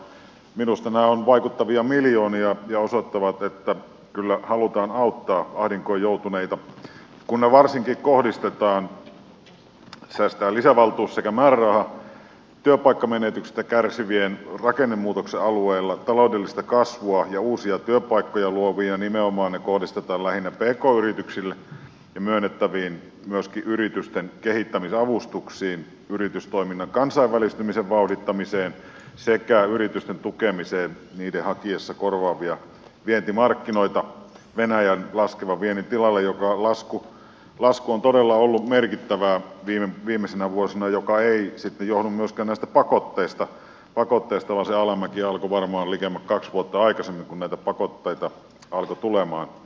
minusta nämä ovat vaikuttavia miljoonia ja osoittavat että kyllä halutaan auttaa ahdinkoon joutuneita varsinkin kun lisävaltuus ja määräraha kohdistetaan työpaikkamenetyksistä kärsivillä rakennemuutoksen alueilla taloudellista kasvua ja uusia työpaikkoja luoviin yrityksiin ja nimenomaan ne kohdistetaan lähinnä pk yrityksille yritysten kehittämisavustuksiin yritystoiminnan kansainvälistymisen vauhdittamiseen sekä yritysten tukemiseen niiden hakiessa korvaavia vientimarkkinoita venäjän laskevan viennin tilalle joka lasku on todella ollut merkittävää viimeisinä vuosina mikä ei sitten johdu myöskään näistä pakotteista vaan se alamäki alkoi varmaan likemmäs kaksi vuotta aikaisemmin kun näitä pakotteita alkoi tulemaan